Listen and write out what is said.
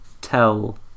tell